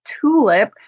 Tulip